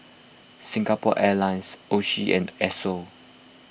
Singapore Airlines Oishi and Esso